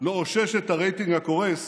לאושש את הרייטינג הקורס